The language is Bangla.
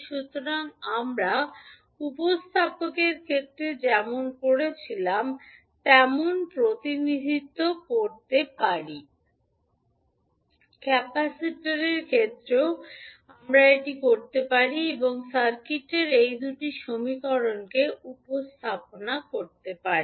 সুতরাং আমরা উপস্থাপকের ক্ষেত্রে যেমনটি করেছিলাম তেমন প্রতিনিধিত্ব করতে পারি ক্যাপাসিটরের ক্ষেত্রেও আমরা এটি করতে পারি এবং সার্কিটের এই দুটি সমীকরণকে উপস্থাপন করতে পারি